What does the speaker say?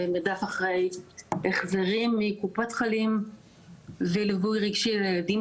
למרדף אחרי החזרים מקופת חולים וליווי רגשי לילדים